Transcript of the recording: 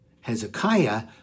Hezekiah